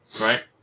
right